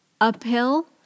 Uphill